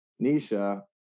Nisha